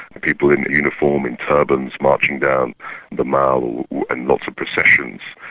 people in uniform in turbans marching down the mall in lots of processions.